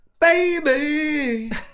baby